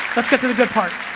let's get to the good part.